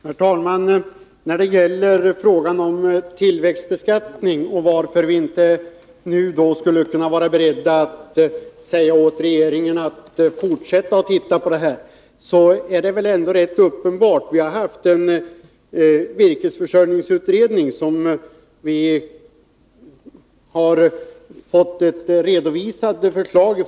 Herr talman! När det gäller frågan om tillväxtbeskattning är det rätt uppenbart att vi inte är beredda att uppmana regeringen att fortsätta att undersöka saken. Vi har haft en virkesförsörjningsutredning som redovisat ett förslag.